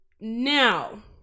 Now